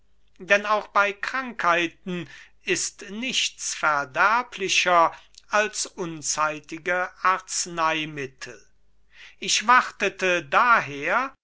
denn auch bei krankheiten ist nichts verderblicher als unzeitige arzneimittel ich wartete daher